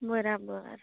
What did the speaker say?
બરાબર